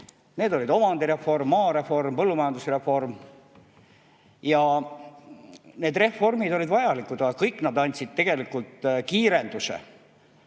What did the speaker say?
Need olid omandireform, maareform, põllumajandusreform. Need reformid olid vajalikud, aga kõik nad andsid tegelikult kiirenduse